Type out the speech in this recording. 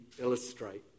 illustrate